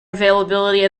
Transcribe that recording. availability